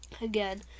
again